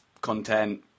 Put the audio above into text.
content